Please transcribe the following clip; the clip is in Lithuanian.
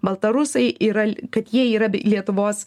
baltarusiai yra kad jie yra lietuvos